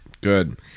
Good